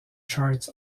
charts